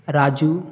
Raju